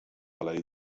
alei